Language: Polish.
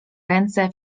ręce